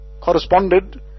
corresponded